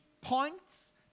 points